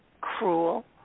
cruel